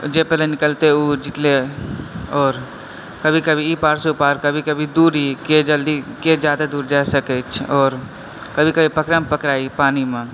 जे पहिले निकलतै ओ जीतलय आओर कभी कभी ई पारसँ ओ पार कभी कभी दूरीके जल्दी के जादा दूर जाय छै आओर कभी कभी पकड़म पकड़ाइ पानीमे